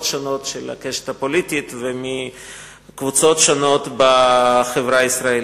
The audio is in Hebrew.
שונות של הקשת הפוליטית ומקבוצות שונות בחברה הישראלית.